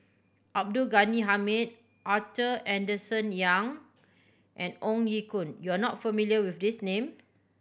Abdul Ghani Hamid Arthur Henderson Young and Ong Ye Kung you are not familiar with these name